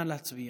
נא להצביע.